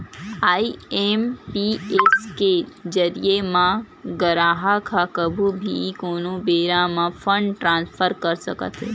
IMPS के जरिए म गराहक ह कभू भी कोनो बेरा म फंड ट्रांसफर कर सकत हे